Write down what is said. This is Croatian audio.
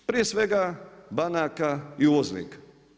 Prije svega banaka i uvoznika.